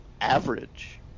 average